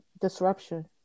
disruption